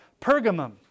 Pergamum